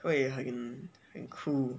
会很很 cool